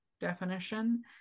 definition